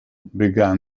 began